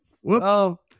Whoops